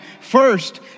First